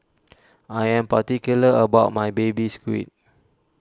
I am particular about my Baby Squid